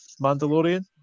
Mandalorian